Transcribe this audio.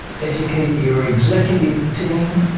educate your executive team,